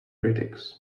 critics